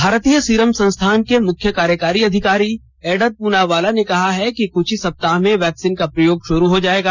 भारतीय सीरम संस्थान के मुख्य कार्यकारी अधिकारी एडर प्रनावाला ने कहा है कि कुछ ही सप्ताह में वैक्सीन का प्रयोग शुरू हो जाएगा